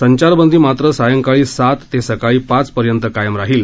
संचारबंदी मात्रं सायंकाळी सात ते सकाळी पाच पर्यंत कायम राहील